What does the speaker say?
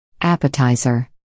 appetizer